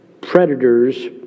predators